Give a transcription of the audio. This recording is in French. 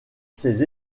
ses